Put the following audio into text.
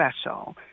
special